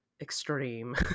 extreme